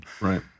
right